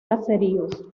caseríos